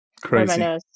crazy